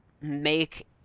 make